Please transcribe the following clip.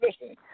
Listen